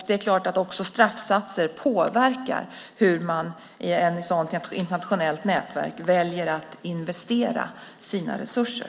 Det är klart att också straffsatser påverkar hur man i ett sådant internationellt nätverk väljer att investera sina resurser.